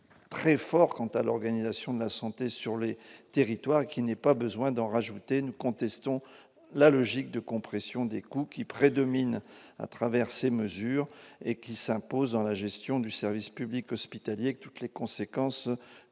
très fort quant à l'organisation de la santé sur le territoire qui n'est pas besoin d'en rajouter, nous contestons la logique de compression des coûts qui prédomine à travers ces mesures et qui s'impose dans la gestion du service public hospitalier que toutes les conséquences